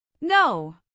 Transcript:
No